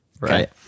Right